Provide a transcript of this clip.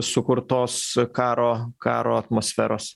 sukurtos karo karo atmosferos